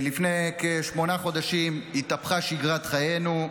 לפני כשמונה חודשים התהפכה שגרת חיינו.